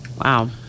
wow